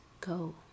go